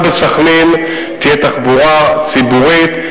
גם בסח'נין תהיה תחבורה ציבורית.